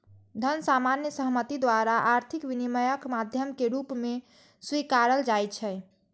धन सामान्य सहमति द्वारा आर्थिक विनिमयक माध्यम के रूप मे स्वीकारल जाइ छै